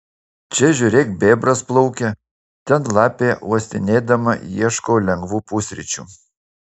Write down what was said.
čia žiūrėk bebras plaukia ten lapė uostinėdama ieško lengvų pusryčių